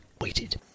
waited